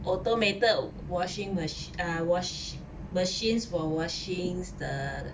automated washing machi~ uh wash machines for washing the